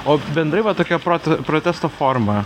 o bendrai va tokia proto protesto forma